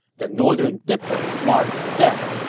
the northern dipper marks death,